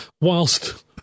whilst